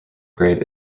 grade